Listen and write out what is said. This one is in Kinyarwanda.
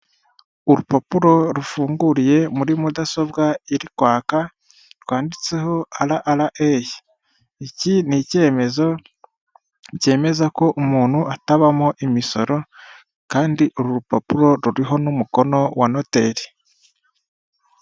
Urupapuro rufunguriye muri mudasobwa iri kwaka, rwanditseho ara ra eyi iki ni icyemezo cyemeza ko umuntu atabamo imisoro kandi uru rupapuro ruriho n'umukono wa noteri.